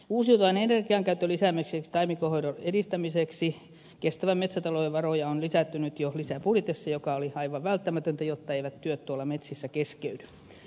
uusiutuvan energiankäytön lisäämiseksi ja taimikon hoidon edistämiseksi kestävän metsätalouden varoja on lisätty nyt jo lisäbudjetissa mikä oli aivan välttämätöntä jotta eivät työt tuolla metsissä keskeydy